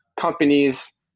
companies